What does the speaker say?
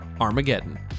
Armageddon